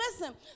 Listen